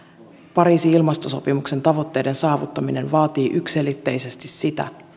pariisin ilmastosopimuksen tavoitteiden saavuttaminen vaatii yksiselitteisesti sitä